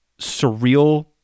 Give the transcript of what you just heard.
surreal